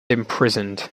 imprisoned